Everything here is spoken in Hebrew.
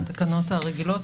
התקנות הרגילות,